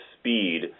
speed